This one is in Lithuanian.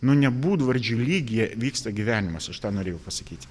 nu ne būdvardžių lygyje vyksta gyvenimas aš tą norėjau pasakyti